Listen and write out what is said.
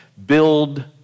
Build